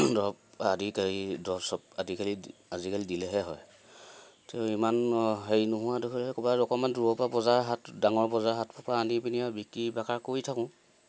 দৰৱ আজিকালি দিলেহে হয় তো ইমান হেৰি নোহোৱা দেখিলে ক'ৰবাত অকমান দূৰৰ পৰা বজাৰ হাত ডাঙৰ বজাৰ হাত পৰ পৰা আনি পিনি বিক্ৰী বেকাৰ কৰি থাকোঁ